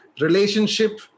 Relationship